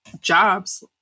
jobs